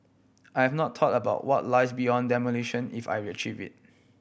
I've not thought about what lies beyond demolition if I it